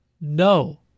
no